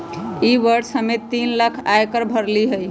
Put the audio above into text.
ई वर्ष हम्मे तीन लाख आय कर भरली हई